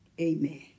Amen